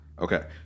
Okay